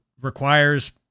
requires